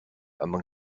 among